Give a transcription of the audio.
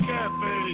Cafe